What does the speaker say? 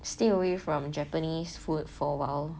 stay away from japanese food for awhile